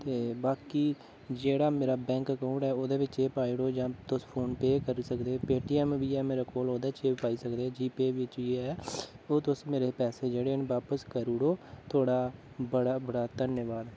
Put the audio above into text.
ते बाकी जेह्ड़ा मेरा बैंक अकउंट ऐ ओह्दे बिच्च पाई उड़ो जां तुस फोन पेऽ करी सकदे ओ पेटीऐम बी ऐ मेरे कोल ओह्दे बिच्च बी पाई सकदे ओ जी पेऽ बिच्च बी ऐ ओह् तुस मेरे पैसे जेह्ड़े न बापस करी ओड़ो थुआढ़ा बड़ा बड़ा धन्नबाद